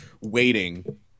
waiting